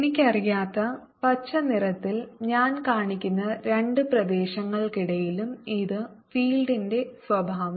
എനിക്കറിയാത്ത പച്ച നിറത്തിൽ ഞാൻ കാണിക്കുന്ന രണ്ട് പ്രദേശങ്ങൾക്കിടയിലും ഇത് ഫീൽഡിന്റെ സ്വഭാവം